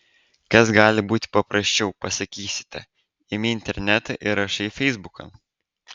kas gali būti paprasčiau pasakysite imi internetą ir rašai feisbukan